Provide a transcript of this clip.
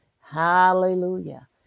Hallelujah